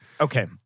okay